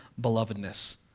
belovedness